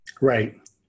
Right